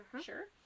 sure